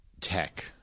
tech